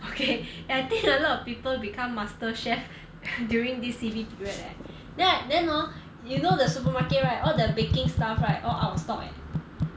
okay eh I think a lot of people become master chef during this C_B period eh then then hor you know the supermarket right all the baking stuff right all out of stock eh